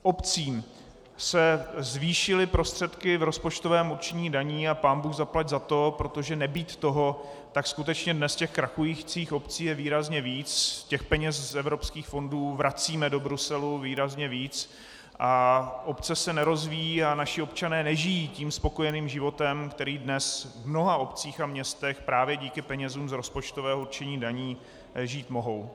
Obcím se zvýšily prostředky v rozpočtovém určení daní a pánbůh zaplať za to, protože nebýt toho, tak skutečně dnes těch krachujících obcí je výrazně více, těch peněz z evropských fondů vracíme do Bruselu výrazně víc, obce se nerozvíjejí a naši občané nežijí tím spokojeným životem, který dnes v mnoha obcích a městech právě díky penězům z rozpočtového určení daní žít mohou.